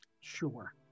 Sure